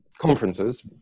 conferences